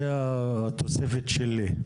זה התוספת שלי.